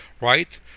right